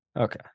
Okay